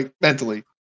mentally